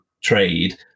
trade